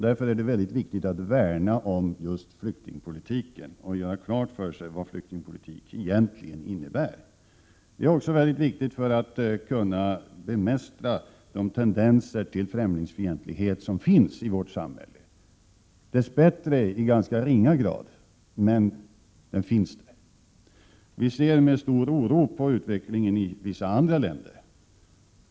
Därför är det viktigt att värna om flyktingpolitiken och att vi gör klart för oss vad den egentligen innebär. Det är också viktigt för att vi skall kunna bemästra de tendenser till främlingsfientlighet som finns i vårt samhälle — sådana finns ju, om också dess bättre i ganska ringa grad. Vi ser med stor oro på utvecklingen i vissa andra länder.